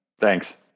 Thanks